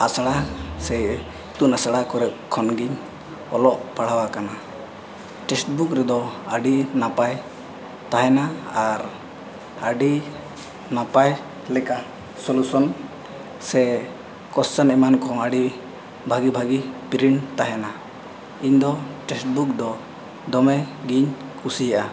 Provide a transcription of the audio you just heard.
ᱟᱥᱲᱟ ᱥᱮ ᱤᱥᱩᱱ ᱟᱥᱲᱟ ᱠᱚᱨᱮ ᱠᱷᱚᱱᱜᱮᱧ ᱚᱞᱚᱜᱼᱯᱟᱲᱦᱟᱣ ᱟᱠᱟᱱᱟ ᱨᱮᱫᱚ ᱟᱹᱰᱤ ᱱᱟᱯᱟᱭ ᱛᱟᱦᱮᱱᱟ ᱟᱨ ᱟᱹᱰᱤ ᱱᱟᱯᱟᱭ ᱞᱮᱠᱟ ᱥᱮ ᱮᱢᱟᱱ ᱠᱚᱦᱚᱸ ᱟᱹᱰᱤ ᱵᱷᱟᱜᱮᱼᱵᱷᱟᱜᱮ ᱛᱟᱦᱮᱱᱟ ᱤᱧᱫᱚ ᱫᱚ ᱫᱚᱢᱮᱜᱮᱧ ᱠᱩᱥᱤᱭᱟᱜᱼᱟ